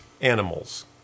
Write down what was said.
animals